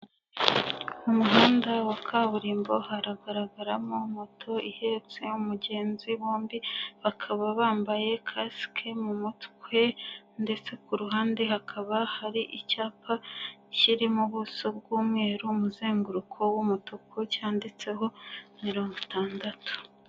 Mu muhanda wa kaburimbo haragaragaramo moto ihetse umugenzi bombi bakaba bambaye kasike mu mutwe ndetse ku ruhande hakaba hari icyapa kiri mu buso bw'umweru, umuzenguruko w'umutuku cyanditseho mirongo itandatu.